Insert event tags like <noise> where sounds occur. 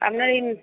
আপনার এই <unintelligible>